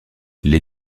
les